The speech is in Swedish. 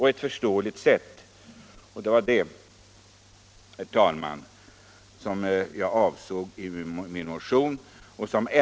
Herr talman!